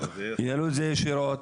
ינהלו את זה ישירות.